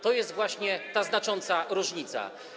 To jest właśnie ta znacząca różnica.